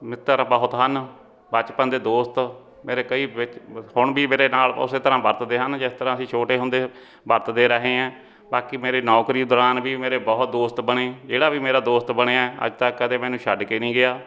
ਮਿੱਤਰ ਬਹੁਤ ਹਨ ਬਚਪਨ ਦੇ ਦੋਸਤ ਮੇਰੇ ਕਈ ਵਿੱਚ ਹੁਣ ਵੀ ਮੇਰੇ ਨਾਲ ਉਸ ਤਰ੍ਹਾਂ ਵਰਤਦੇ ਹਨ ਜਿਸ ਤਰ੍ਹਾਂ ਅਸੀਂ ਛੋਟੇ ਹੁੰਦੇ ਵਰਤਦੇ ਰਹੇ ਹੈ ਬਾਕੀ ਮੇਰੇ ਨੌਕਰੀ ਦੌਰਾਨ ਵੀ ਮੇਰੇ ਬਹੁਤ ਦੋਸਤ ਬਣੇ ਜਿਹੜਾ ਵੀ ਮੇਰਾ ਦੋਸਤ ਬਣਿਆ ਅੱਜ ਤੱਕ ਕਦੇ ਮੈਨੂੰ ਛੱਡ ਕੇ ਨਹੀਂ ਗਿਆ